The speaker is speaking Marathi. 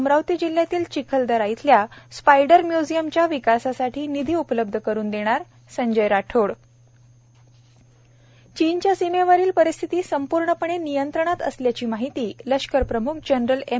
अमरावती जिल्ह्यातील चिखलदरा इथल्या स्पायडर म्य्झियमच्या विकासासाठी निधी उपलब्ध करून देणार संजय राठोड चीनच्या सीमेवरील परिस्थिती संपूर्णपणे नियंत्रणात असल्याची माहिती लष्कर प्रम्ख जनरल एम